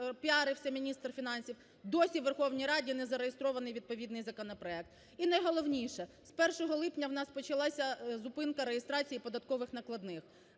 піарився міністр фінансів, досі у Верховній Раді не зареєстрований відповідний законопроект. І найголовніше. З 1 липня у нас почалася зупинка реєстрації податкових накладних,